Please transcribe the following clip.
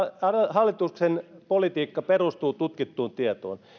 hallituksen politiikka perustuu tutkittuun tietoon